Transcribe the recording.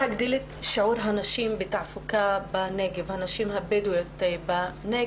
המטרה היא להגדיל את שיעור התעסוקה של נשים בדואיות בנגב,